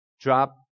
drop